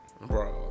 Bro